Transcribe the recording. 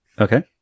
Okay